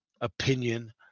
opinion